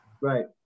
Right